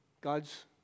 God's